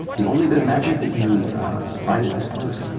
the only bit of magic that you find at this point